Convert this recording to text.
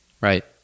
Right